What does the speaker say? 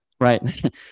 Right